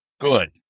good